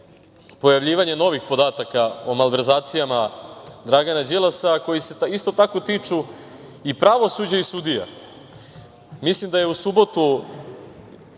pojavljivanje novih podataka o malverzacijama Dragana Đilasa, koji se isto tako tiču i pravosuđa i sudija. Mislim da je u subotu